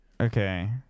Okay